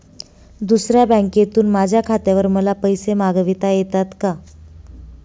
दुसऱ्या बँकेतून माझ्या खात्यावर मला पैसे मागविता येतात का?